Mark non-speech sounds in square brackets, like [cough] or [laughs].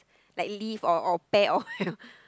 like leaf or or pear or [laughs] you know